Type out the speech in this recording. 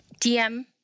DM